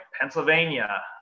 Pennsylvania